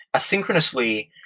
ah asynchronously,